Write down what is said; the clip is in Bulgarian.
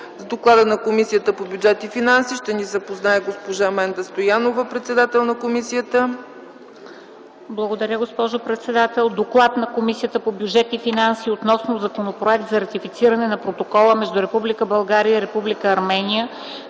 С доклада на Комисията по бюджет и финанси ще ни запознае госпожа Менда Стоянова – председател на комисията. ДОКЛАДЧИК МЕНДА СТОЯНОВА: Благодаря, госпожо председател. „ДОКЛАД на Комисията по бюджет и финанси относно Законопроект за ратифициране на Протокола между Република България и Република Армения